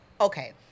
Okay